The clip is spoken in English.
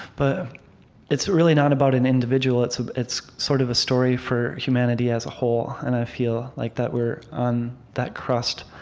but it's really not about an individual. it's it's sort of a story for humanity as a whole. and i feel like that we're on that crust,